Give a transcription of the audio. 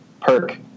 perk